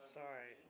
sorry